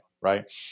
right